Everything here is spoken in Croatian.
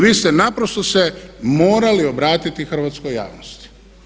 Vi ste naprosto se morali obratiti hrvatskoj javnosti.